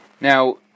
Now